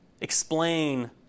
explain